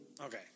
okay